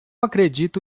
acredito